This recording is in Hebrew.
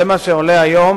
זה מה שעולה היום